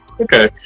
okay